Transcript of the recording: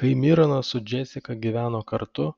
kai mironas su džesika gyveno kartu